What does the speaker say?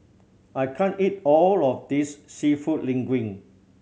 I can't eat all of this Seafood Linguine